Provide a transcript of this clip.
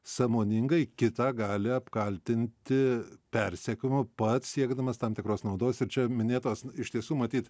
sąmoningai kitą gali apkaltinti persekiojimu pats siekdamas tam tikros naudos ir čia minėtos iš tiesų matyt